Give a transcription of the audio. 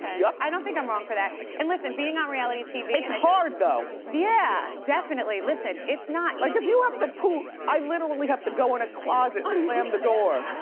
yup. i don't think i'm wrong for that. and listen, being on reality tv it's hard, though. yeah, definitely, listen. it's not easy. like, if you have to poot, i literally have to go in a closet and slam the door.